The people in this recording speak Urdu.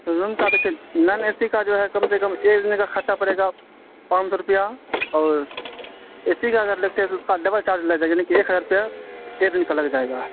نان کا دیکھیں نان اے سی کا جو ہے کم سے کم ایک دن کا خرچہ پڑے گا پانچ سو روپے اور اے سی کا اگر لیتے ہیں تو اس کا ڈبل چارج لگ جائے گا یعنی کہ ایک ہزار روپے ایک دن کا لگ جائے گا